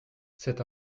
c’est